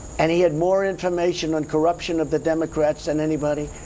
and he had more information on corruption of the democrats than anybody,